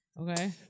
Okay